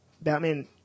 Batman